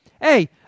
hey